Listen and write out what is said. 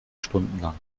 stundenlang